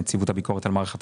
נציבות הביקורת על מערך התביעה,